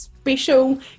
special